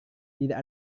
tidak